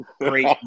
great